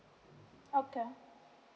okay